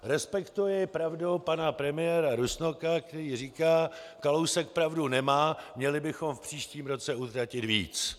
Respektuji pravdu pana premiéra Rusnoka, který říká: Kalousek pravdu nemá, měli bychom v příštím roce utratit víc.